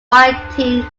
white